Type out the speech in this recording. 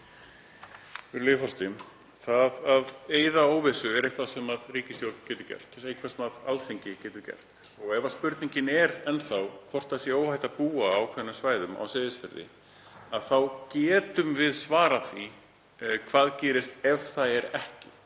Það að eyða óvissu er eitthvað sem ríkisstjórnin getur gert, eitthvað sem Alþingi getur gert. Ef spurningin er enn þá hvort óhætt sé að búa á ákveðnum svæðum á Seyðisfirði þá getum við svarað því hvað gerist ef svo er ekki.